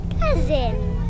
Cousin